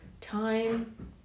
time